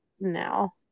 now